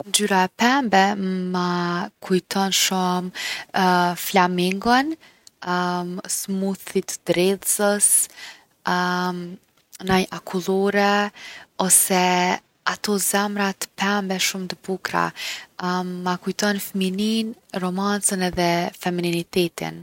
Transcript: Ngjyra e pembe ma kujton shumë flamingon smoothit të dredhzës, naj akullore ose ato zemrat pembe shumë t’bukra. ma kujton fmininë, romancën edhe femininitetin.